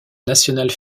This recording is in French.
national